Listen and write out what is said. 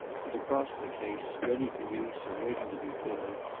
and across the case, ready for use or waiting to be filled,